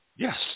Yes